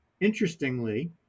Interestingly